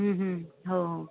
हो